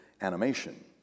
animation